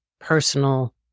personal